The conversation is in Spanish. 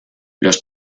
los